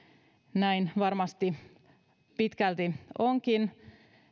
näin varmasti pitkälti onkin